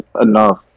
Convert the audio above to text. enough